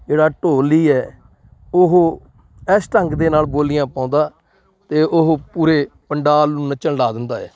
ਜਿਹੜਾ ਢੋਲੀ ਹੈ ਉਹ ਇਸ ਢੰਗ ਦੇ ਨਾਲ ਬੋਲੀਆਂ ਪਾਉਂਦਾ ਅਤੇ ਉਹ ਪੂਰੇ ਪੰਡਾਲ ਨੂੰ ਨੱਚਣ ਲਗਾ ਦਿੰਦਾ ਹੈ